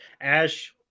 Ash